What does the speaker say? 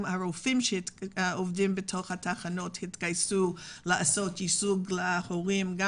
הרופאים שעובדים בתחנות התגייסו להגיע להורים ולידע אותם,